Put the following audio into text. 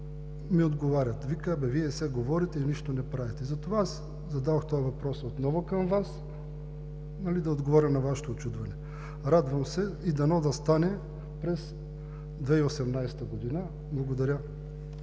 ми отговарят: „Вие все говорите и нищо не правите.“ Затова зададох този въпрос отново към Вас – да отговоря на Вашето учудване. Радвам се и дано да стане през 2018 г. Благодаря.